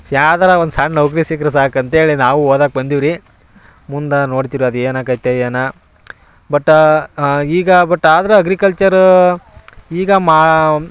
ಯಾವ್ದಾರ ಒಂದು ಸಣ್ಣ ನೌಕರಿ ಸಿಕ್ಕರೆ ಸಾಕು ಅಂಥೇಳಿ ನಾವು ಓದೋಕೆ ಬಂದೀವಿ ರೀ ಮುಂದೆ ನೋಡ್ತಿರು ಅದು ಏನಾಕ್ಕೈತೆ ಏನು ಬಟ್ಟ ಈಗ ಬಟ್ ಆದ್ರೂ ಅಗ್ರಿಕಲ್ಚರ ಈಗ ಮಾ